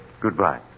Goodbye